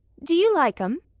do you like em?